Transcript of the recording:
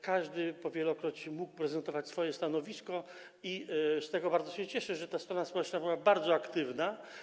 Każdy po wielokroć mógł prezentować swoje stanowisko i bardzo się cieszę, że strona społeczna była bardzo aktywna.